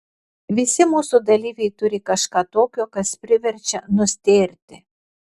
visi mūsų dalyviai turi kažką tokio kas priverčia nustėrti